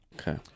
Okay